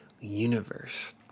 universe